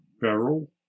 barrel